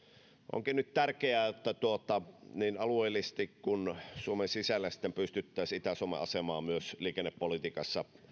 onkin nyt tärkeää että niin alueellisesti kuin suomen sisällä pystyttäisiin itä suomen asemaa myös liikennepolitiikassa